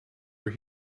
were